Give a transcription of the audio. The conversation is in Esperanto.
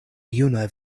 juna